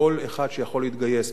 כל אחד שיכול להתגייס,